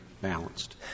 balanced